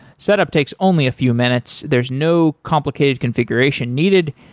setup takes only a few minutes. there's no complicated configuration needed.